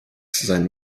sein